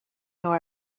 nor